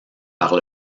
par